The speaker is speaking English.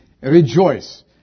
rejoice